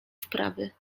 sprawy